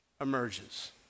emerges